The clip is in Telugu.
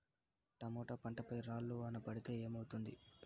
టమోటా పంట పై రాళ్లు వాన పడితే ఏమవుతుంది?